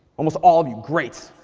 almost all of you, great.